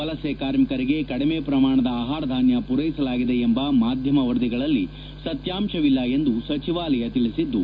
ವಲಸೆ ಕಾರ್ಮಿಕರಿಗೆ ಕಡಿಮೆ ಪ್ರಮಾಣದ ಆಹಾರಧಾನ್ಯ ಮೂರೈಸಲಾಗಿದೆ ಎಂಬ ಮಾಧ್ಯಮ ವರದಿಗಳಲ್ಲಿ ಸತ್ನಾಂಶವಿಲ್ಲ ಎಂದು ಸಚಿವಾಲಯ ತಿಳಿಸಿದ್ಲು